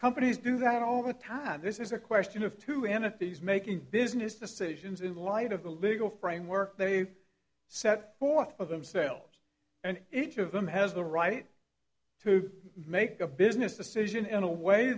companies do that all the time this is a question of two entities making business decisions in the light of the legal framework they set forth for themselves and each of them has the right to make a business decision in a way